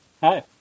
Hi